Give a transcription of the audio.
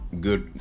Good